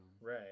right